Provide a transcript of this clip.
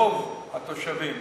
רוב התושבים